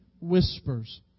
whispers